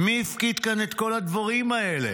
'מי הפקיד כאן את כל הדברים האלה?'